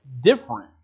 different